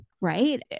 right